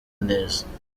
neza